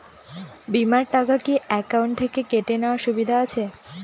বিমার টাকা কি অ্যাকাউন্ট থেকে কেটে নেওয়ার সুবিধা আছে?